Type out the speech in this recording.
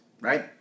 right